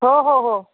हो हो हो